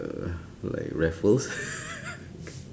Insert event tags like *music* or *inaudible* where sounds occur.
err like raffles *laughs*